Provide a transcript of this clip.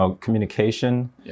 communication